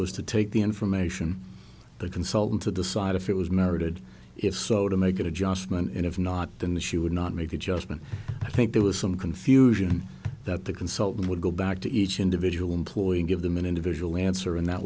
was to take the information the consultant to decide if it was merited if so to make an adjustment and if not then the she would not make the judgment i think there was some confusion that the consultant would go back to each individual employee and give them an individual answer and that